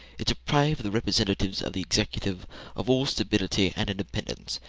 it deprived the representatives of the executive of all stability and independence,